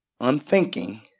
unthinking